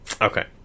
Okay